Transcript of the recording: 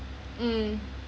mm